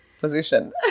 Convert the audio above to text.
position